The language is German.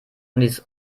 ließ